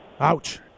ouch